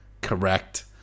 Correct